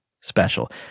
special